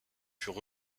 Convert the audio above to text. furent